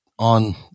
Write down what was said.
on